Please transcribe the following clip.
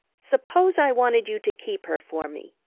suppose i wanted you to keep her for me,